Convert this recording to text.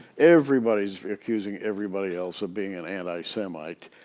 everybody's accusing everybody else of being an antisemit,